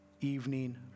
evening